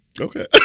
Okay